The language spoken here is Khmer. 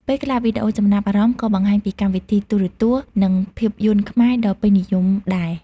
ពេលខ្លះ វីដេអូចំណាប់អារម្មណ៍ក៏បង្ហាញពីកម្មវិធីទូរទស្សន៍ និងភាពយន្តខ្មែរដ៏ពេញនិយមដែរ។